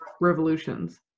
revolutions